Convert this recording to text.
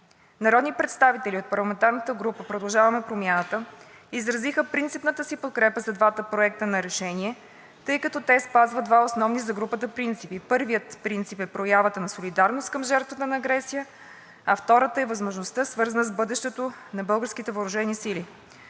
Народни представители от парламентарна група „Продължаваме Промяната“ изразиха принципната си подкрепа за двата проекта на решение, тъй като те спазват два основни за групата принципа. Първият принцип е проявата на солидарност към жертвата на агресията, а вторият е възможността, свързана с бъдещето на българските въоръжени сили.